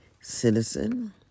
citizen